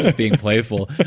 ah being playful.